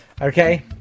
okay